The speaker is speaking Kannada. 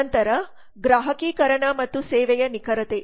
ನಂತರ ಗ್ರಾಹಕೀಕರಣ ಮತ್ತು ಸೇವೆಯ ನಿಖರತೆ